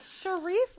sharif